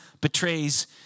betrays